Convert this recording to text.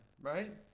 right